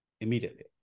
immediately